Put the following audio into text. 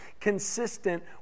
consistent